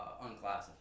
unclassified